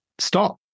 Stop